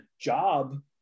job